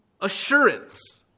assurance